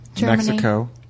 Mexico